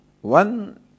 one